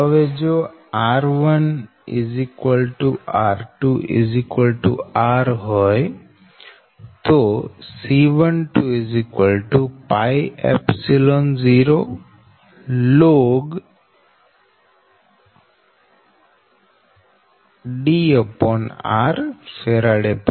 હવે જો r1 r2 r હોય તો C120ln D r Fm થશે